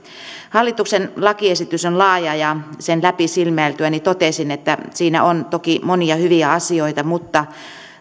hallituksen lakiesitys on laaja ja sen läpi silmäiltyäni totesin että siinä on toki monia hyviä asioita mutta